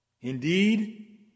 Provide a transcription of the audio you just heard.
Indeed